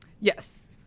Yes